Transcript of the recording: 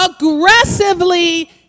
aggressively